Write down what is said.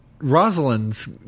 Rosalind's